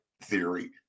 theory